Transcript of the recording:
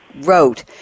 wrote